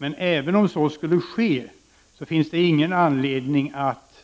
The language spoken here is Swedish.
Men även om så skulle ske finns det ingen anledning att